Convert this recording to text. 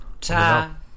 time